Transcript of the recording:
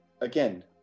again